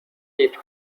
تیتر